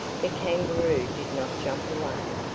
the kangaroo did not jump away,